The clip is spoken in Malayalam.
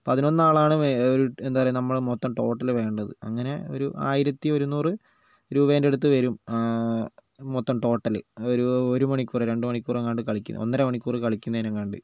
പതിനൊന്നാളാണ് ഒരു എന്താ പറയുക നമ്മൾ മൊത്തം ടോട്ടൽ വേണ്ടത് അങ്ങനെ ഒരു ആയിരത്തി ഒരുന്നൂറ് രൂപേന്റടുത്ത് വരും മൊത്തം ടോട്ടൽ ഒരു ഒരു മണിക്കൂർ രണ്ട് മണിക്കൂർ എങ്ങാണ്ട് കളിക്കാൻ ഒന്നര മണിക്കൂർ കളിക്കുന്നതിനെങ്ങാണ്ട്